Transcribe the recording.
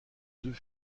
deux